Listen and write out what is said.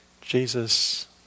Jesus